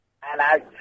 Hello